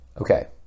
Okay